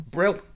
Brill